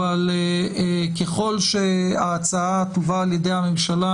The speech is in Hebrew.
אבל ככל שההצעה תובא על ידי הממשלה,